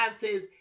says